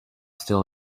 still